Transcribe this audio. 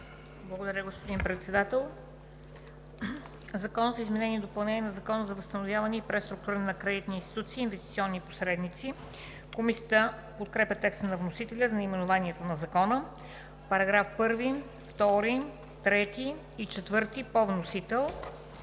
Благодаря, господин Председател. „Закон за изменение и допълнение на Закона за възстановяване и преструктуриране на кредитни институции и инвестиционни посредници“. Комисията подкрепя текста на вносителя за наименованието на Закона. Комисията подкрепя текста на вносителя